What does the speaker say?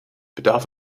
bedarf